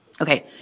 Okay